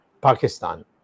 Pakistan